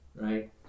right